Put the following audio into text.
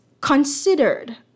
considered